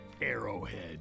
Arrowhead